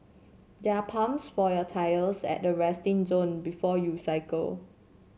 there are pumps for your tyres at the resting zone before you cycle